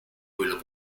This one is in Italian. quello